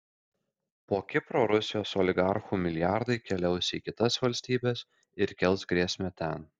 po kipro rusijos oligarchų milijardai keliaus į kitas valstybes ir kels grėsmę ten